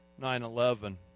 9-11